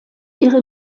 ihre